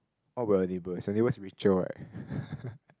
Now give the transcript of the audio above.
what about your neighbours your neighbours richer what ppo